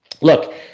look